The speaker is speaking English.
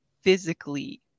physically